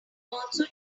also